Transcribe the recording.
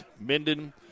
Minden